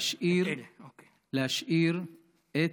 אני חושב שאי-אפשר היום להשאיר את